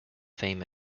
fame